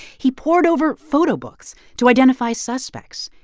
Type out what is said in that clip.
he pored over photo books to identify suspects.